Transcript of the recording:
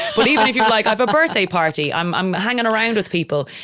but even if you like, i've a birthday party. i'm i'm hanging around with people.